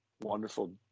wonderful